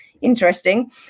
interesting